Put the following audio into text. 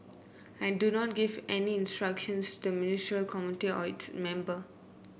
I do not give any instructions to Ministerial Committee or its member